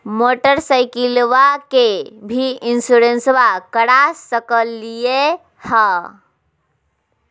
मोटरसाइकिलबा के भी इंसोरेंसबा करा सकलीय है?